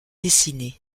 dessiné